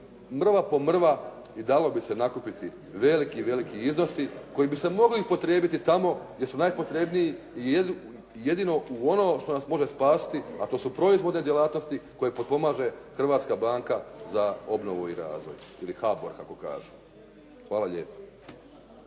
mrva po mrva i dalo bi se nakupiti veliki, veliki iznosi koji bi se mogli upotrijebiti tamo gdje su najpotrebniji i jedino u ono što nas može spasiti, a to su proizvodne djelatnosti koje potpomaže Hrvatska banka za obnovu i razvoj ili HBOR kako kažu. Hvala lijepo.